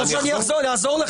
אתה רוצה שאני אעזור לך?